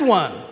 one